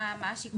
מה השיקול?